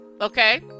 Okay